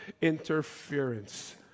interference